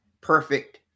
perfect